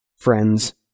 friends